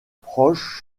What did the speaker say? proches